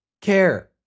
care